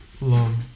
long